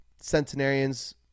centenarians